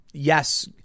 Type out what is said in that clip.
Yes